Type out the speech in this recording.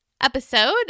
episode